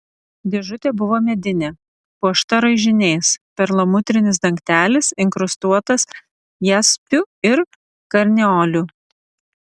dėžutė buvo medinė puošta raižiniais perlamutrinis dangtelis inkrustuotas jaspiu ir karneoliu